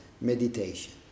meditation